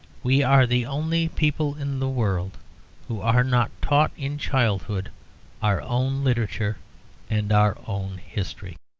we are the only people in the world who are not taught in childhood our own literature and our own history.